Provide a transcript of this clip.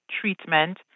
Treatment